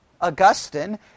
Augustine